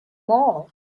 more